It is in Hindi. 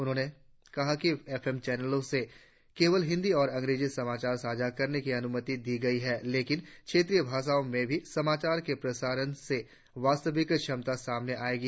उन्होंने कहा कि एफएम चैनलों से केवल हिंदी और अंग्रेजी समाचार साझा करने की अनुमति दी गई है लेकिन क्षेत्रीय भाषाओं में भी समाचारों के प्रसारण से वास्तविक क्षमता सामने आएगी